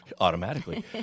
Automatically